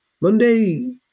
monday